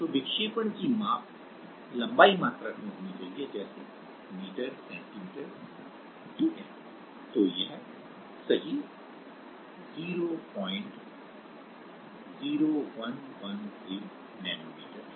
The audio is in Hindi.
तो विक्षेपण की माप लंबाई मात्रक में होनी चाहिए जैसे मीटर सेंटीमीटर ठीक है तो यह सही 00113 नैनो मीटर है